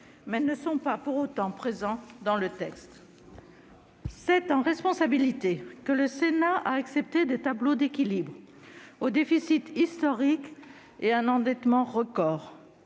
mais ne sont pas pour autant présents dans ce texte. C'est en responsabilité que le Sénat a accepté des tableaux d'équilibre aux déficits historiques et un endettement record,